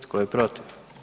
Tko je protiv?